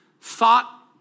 thought